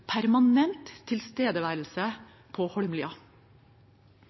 permanent tilstedeværelse på Holmlia.